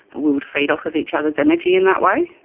we would feed off of each other's energy in that way.